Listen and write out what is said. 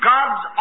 God's